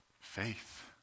Faith